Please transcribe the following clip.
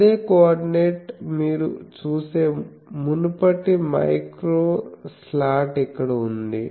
అదే కోఆర్డినేట్ మీరు ఇంతకుముందు చూసిన మైక్రో స్లాట్ ఇక్కడ ఉంది